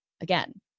Again